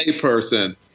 person